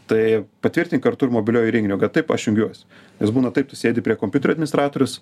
tai patvirtink kartu ir mobiliuoju įrenginiu kad taip aš jungiuosi nes būna taip tu sėdi prie kompiuterio admistratorius